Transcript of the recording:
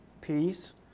peace